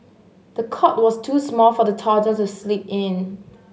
the cot was too small for the toddler to sleep in